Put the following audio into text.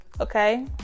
Okay